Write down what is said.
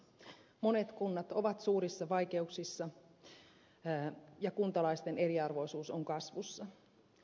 monet kunnat ovat suurissa vaikeuksissa ja kuntalaisten eriarvoisuus on kasvussa